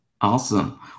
Awesome